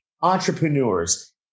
Entrepreneurs